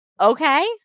okay